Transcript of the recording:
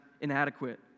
inadequate